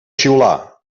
xiular